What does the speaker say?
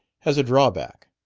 has a drawback